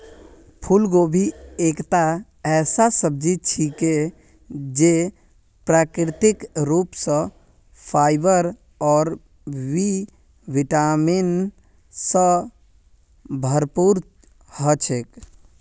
फूलगोभी एकता ऐसा सब्जी छिके जे प्राकृतिक रूप स फाइबर और बी विटामिन स भरपूर ह छेक